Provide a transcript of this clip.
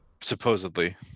supposedly